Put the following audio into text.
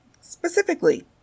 Specifically